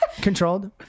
controlled